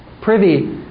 privy